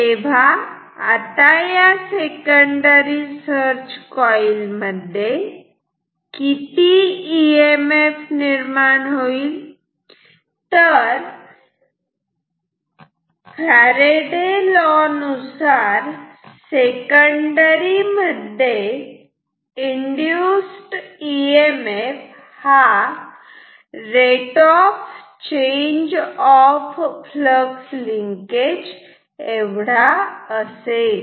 तेव्हा आता या सेकंडरी सर्च कॉइल मध्ये किती इ एम एफ निर्माण होईल तर फॅरेडे लो नुसार सेकंडरी मध्ये इंड्युस इ एम एफ हा rate of change of flux linkage एवढा असेल